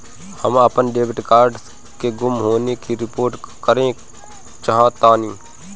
हम अपन debit card के गुम होने की रिपोर्ट करे चाहतानी